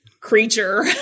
creature